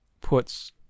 puts